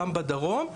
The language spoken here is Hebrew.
גם בדרום,